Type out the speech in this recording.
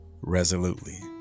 resolutely